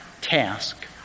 task